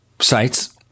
sites